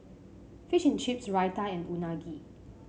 fish and Chips Raita and Unagi